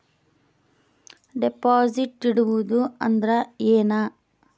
Deposit ಇಡುವುದು ಅಂದ್ರ ಏನ?